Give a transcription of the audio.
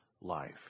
life